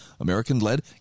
American-led